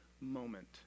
moment